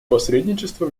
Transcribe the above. посредничества